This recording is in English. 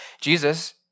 Jesus